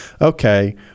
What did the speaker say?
Okay